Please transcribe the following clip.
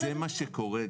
זה מה שקורה.